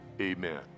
amen